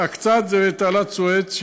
הקצת הוא תעלת-סואץ,